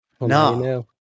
No